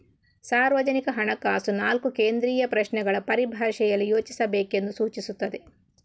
ಸಾರ್ವಜನಿಕ ಹಣಕಾಸು ನಾಲ್ಕು ಕೇಂದ್ರೀಯ ಪ್ರಶ್ನೆಗಳ ಪರಿಭಾಷೆಯಲ್ಲಿ ಯೋಚಿಸಬೇಕೆಂದು ಸೂಚಿಸುತ್ತದೆ